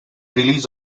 release